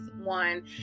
one